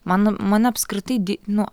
man man apskritai nu